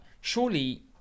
surely